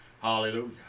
hallelujah